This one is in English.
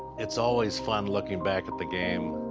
it's always fun looking back at the game.